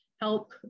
help